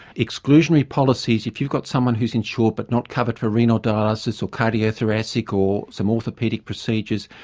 exclusionary policies, if you've got someone who is insured but not covered for renal dialysis or cardiothoracic or some orthopaedic besiegers,